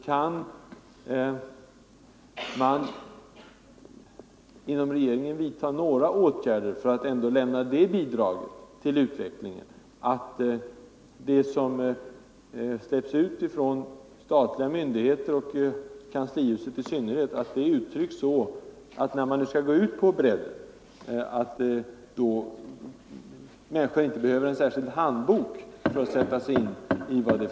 Kan man inom regeringen vidta några åtgärder för att lämna det bidraget till utvecklingen, att det som släpps ut från statliga myndigheter, och kanslihuset i synnerhet, uttrycks så att människorna inte behöver en särskild handbok för att förstå det?